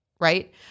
Right